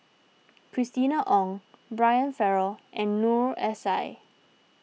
Christina Ong Brian Farrell and Noor S I